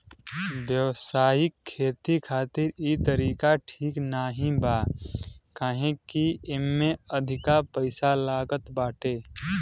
व्यावसायिक खेती खातिर इ तरीका ठीक नाही बा काहे से की एमे अधिका पईसा लागत बाटे